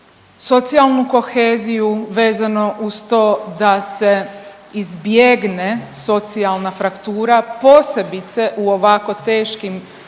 socijalnu koheziju, vezano uz to da se izbjegne socijalna fraktura, posebice u ovako teškim i